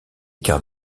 quarts